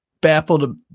baffled